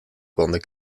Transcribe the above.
konden